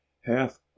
half